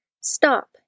stop